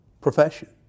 profession